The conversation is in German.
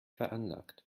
veranlagt